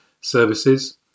services